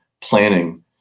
planning